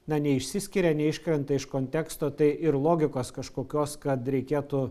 na neišsiskiria neiškrenta iš konteksto tai ir logikos kažkokios kad reikėtų